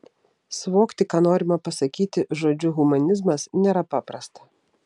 suvokti ką norima pasakyti žodžiu humanizmas nėra paprasta